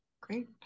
Great